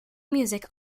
music